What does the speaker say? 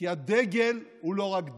כי הדגל הוא לא רק דגל,